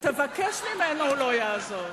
תבקש ממנו, הוא לא יעזוב.